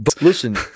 listen